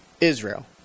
Israel